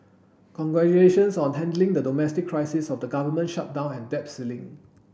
congratulations on handling the domestic crisis of the government shutdown and debt ceiling